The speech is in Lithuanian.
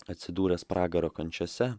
atsidūręs pragaro kančiose